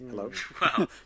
hello